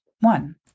One